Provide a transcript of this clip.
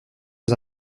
les